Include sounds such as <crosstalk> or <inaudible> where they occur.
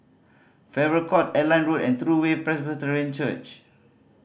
Farrer Court Airline Road and True Way <unintelligible> Church